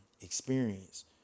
experience